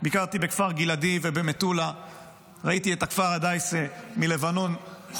כפרים שנורים מהם טילי נ"ט ועוד אמצעי ירי קצרי